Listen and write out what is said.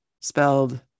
spelled